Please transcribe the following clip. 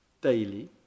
daily